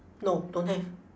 no don't have